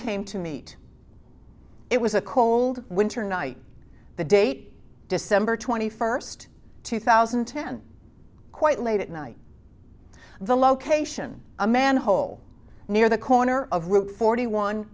came to meet it was a cold winter night the date december twenty first two thousand and ten quite late at night the location a manhole near the corner of route forty one